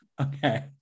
Okay